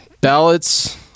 ballots